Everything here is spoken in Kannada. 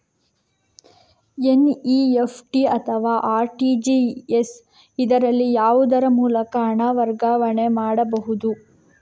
ಎನ್.ಇ.ಎಫ್.ಟಿ ಅಥವಾ ಆರ್.ಟಿ.ಜಿ.ಎಸ್, ಇದರಲ್ಲಿ ಯಾವುದರ ಮೂಲಕ ಹಣ ವರ್ಗಾವಣೆ ಮಾಡಬಹುದು?